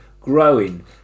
growing